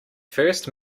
first